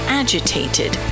agitated